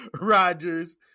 Rodgers